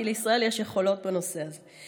כי לישראל יש יכולות בנושא הזה.